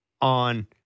on